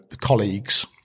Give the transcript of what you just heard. colleagues